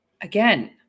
again